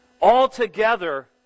Altogether